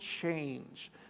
change